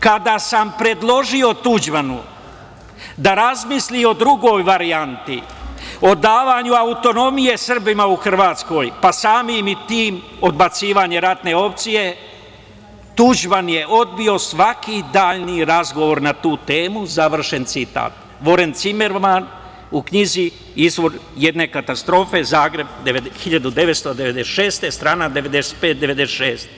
Kada sam predložio Tuđmanu da razmisli o drugoj varijanti, o davanju autonomije Srbima u Hrvatskoj, pa samim tim odbacivanje ratne opcije, Tuđman je odbio svaki dalji razgovor na tu temu, završen citat, Voren Cimerman u knjizi „Izvor jedne katastrofe“ Zagreb 1996. godine, strana 95, 96.